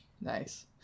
Nice